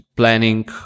planning